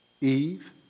Eve